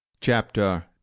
Chapter